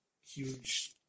huge